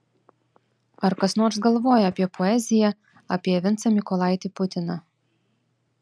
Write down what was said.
ar kas nors galvoja apie poeziją apie vincą mykolaitį putiną